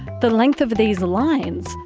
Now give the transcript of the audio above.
the length of these lines,